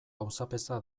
auzapeza